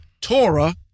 Torah